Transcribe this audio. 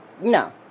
No